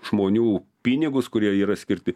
žmonių pinigus kurie yra skirti